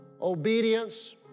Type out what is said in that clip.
obedience